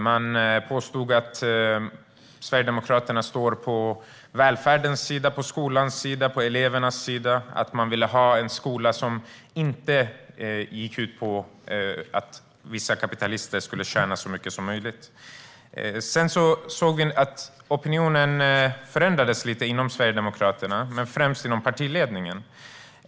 De påstod att Sverigedemokraterna står på välfärdens sida, på skolans sida, på elevernas sida och att de vill ha en skola som inte vissa kapitalister ska tjäna så mycket som möjligt på. Sedan såg vi att opinionen förändrades lite grann inom Sverigedemokraterna, men främst inom partiledningen.